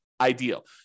ideal